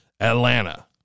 Atlanta